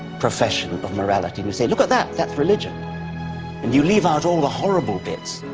profession of morality who say look at that, that's religion and you leave out all the horrible bits,